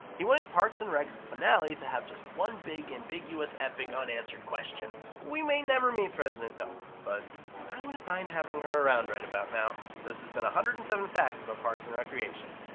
he wanted parks and rec finale to have just one big, ambiguous, epic, unanswered question. we may never meet president knope, but i wouldn't mind having her around right about now. this has been one hundred and seven facts about parks and recreation.